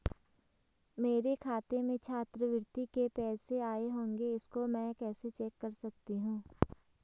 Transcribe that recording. मेरे खाते में छात्रवृत्ति के पैसे आए होंगे इसको मैं कैसे चेक कर सकती हूँ?